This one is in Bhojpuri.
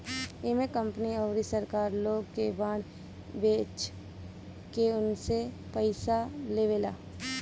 इमे कंपनी अउरी सरकार लोग के बांड बेच के उनसे पईसा लेवेला